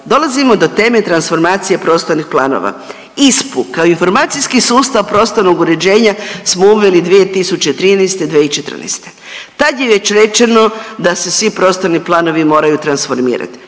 Dolazimo do teme transformacije prostornih planova. ISPA-u kao informacijski sustav prostornog uređenja smo uveli 2013., 2014. Tad je već rečeno da se svi prostorni planovi moraju transformirati.